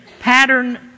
pattern